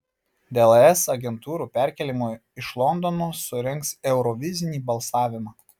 dėl es agentūrų perkėlimo iš londono surengs eurovizinį balsavimą